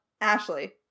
Ashley